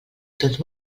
doncs